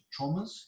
traumas